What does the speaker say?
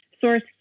source